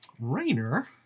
Rainer